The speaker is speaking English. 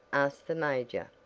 asked the major,